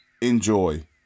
enjoy